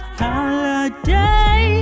holiday